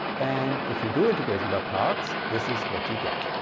and if you do integration by parts this is what you get.